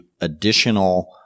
additional